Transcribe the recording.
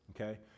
okay